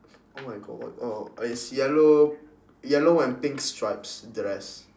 oh my god what oh is yellow yellow and pink stripes dress